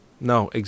No